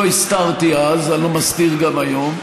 לא הסתרתי אז ואני לא מסתיר גם היום.